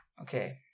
Okay